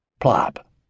Plop